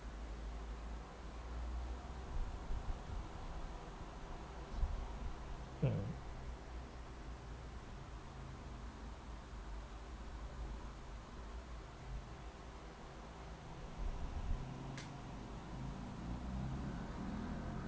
mm